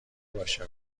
باشه